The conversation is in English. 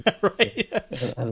right